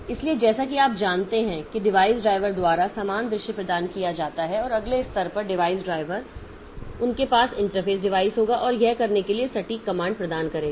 इसलिए जैसा कि आप जाते हैं कि डिवाइस ड्राइवर द्वारा समान दृश्य प्रदान किया जाता है और अगले स्तर पर डिवाइस ड्राइवर इसलिए उनके पास इंटरफ़ेस डिवाइस होगा और यह करने के लिए सटीक कमांड प्रदान करेगा